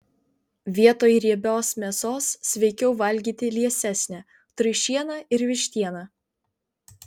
vietoj riebios mėsos sveikiau valgyti liesesnę triušieną ir vištieną